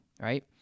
right